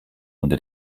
unter